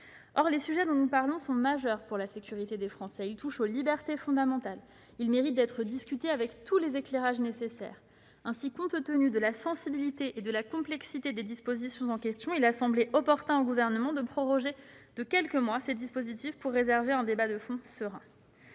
Les sujets dont nous parlons sont majeurs pour la sécurité des Français. Ils touchent aux libertés fondamentales. Ils méritent d'être discutés avec tous les éclairages nécessaires. Aussi, compte tenu de la sensibilité et de la complexité des dispositions en question, il a semblé opportun au Gouvernement de proroger de quelques mois ces dispositifs pour réserver la tenue d'un débat de fond serein.